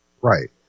Right